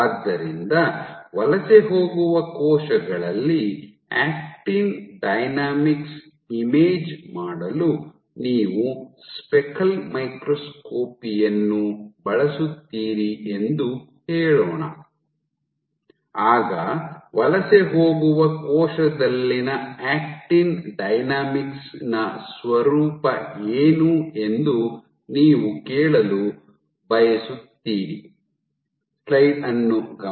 ಆದ್ದರಿಂದ ವಲಸೆ ಹೋಗುವ ಕೋಶಗಳಲ್ಲಿ ಆಕ್ಟಿನ್ ಡೈನಾಮಿಕ್ಸ್ ಇಮೇಜ್ ಮಾಡಲು ನೀವು ಸ್ಪೆಕಲ್ ಮೈಕ್ರೋಸ್ಕೋಪಿ ಯನ್ನು ಬಳಸುತ್ತೀರಿ ಎಂದು ಹೇಳೋಣ ಆಗ ವಲಸೆ ಹೋಗುವ ಕೋಶದಲ್ಲಿನ ಆಕ್ಟಿನ್ ಡೈನಾಮಿಕ್ಸ್ ನ ಸ್ವರೂಪ ಏನು ಎಂದು ನೀವು ಕೇಳಲು ನೀವು ಬಯಸುತ್ತೀರಿ